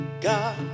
God